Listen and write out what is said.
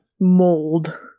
mold